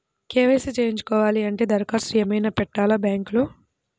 KYC చేయించుకోవాలి అంటే దరఖాస్తు ఏమయినా పెట్టాలా బ్యాంకులో?